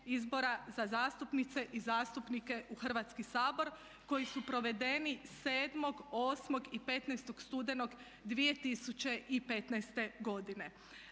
izbora za zastupnice i zastupnike u Hrvatski sabor koji su provedeni 7., 8. i 15. studenog 2015. godine.